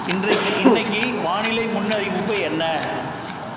இன்றைக்கு இன்னிக்கு வானிலை முன்னறிவிப்பு என்ன